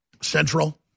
Central